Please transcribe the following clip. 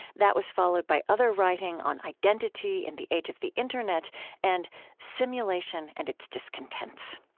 that was followed by other writing on identity in the age of the internet and simulation and its discontents.